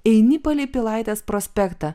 eini palei pilaitės prospektą